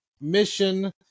mission